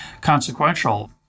consequential